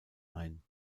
ein